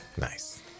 Nice